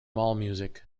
allmusic